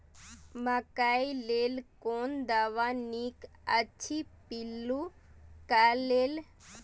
मकैय लेल कोन दवा निक अछि पिल्लू क लेल?